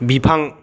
बिफां